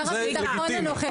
שר הביטחון הנוכחי מסתייג.